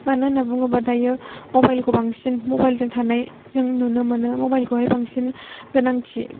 मानो होनना बुङो बा दायो मबाइलखौ बांसिन मबाइलजों थानाय जों नुनो मोनो मबाइलखौहाय बांसिन गोनांथि